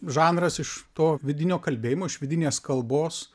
žanras iš to vidinio kalbėjimo iš vidinės kalbos